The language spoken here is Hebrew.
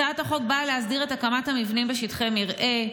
הצעת החוק באה להסדיר את הקמת המבנים בשטחי מרעה,